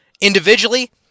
Individually